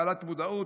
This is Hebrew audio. בעלת מודעות,